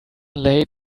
late